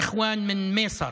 אחים ממייסר,